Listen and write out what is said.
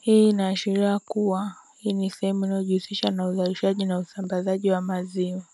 hii inaashiria kuwa hii ni sehemu inayojihusisha na uzalishaji na usambazaji wa maziwa.